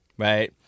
Right